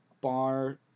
bar